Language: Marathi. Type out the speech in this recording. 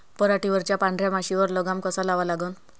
पराटीवरच्या पांढऱ्या माशीवर लगाम कसा लावा लागन?